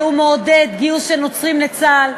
שמעודד גיוס של נוצרים לצה"ל,